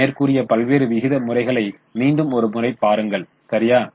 மேற்கூறிய பல்வேறு விகித முறைகளை மீண்டும் ஒரு முறை பாருங்கள் சரியா